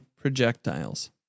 projectiles